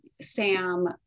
SAM